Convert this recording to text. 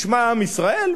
ישמע עם ישראל,